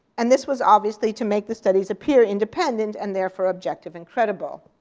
and this was obviously to make the studies appear independent, and therefore objective and credible.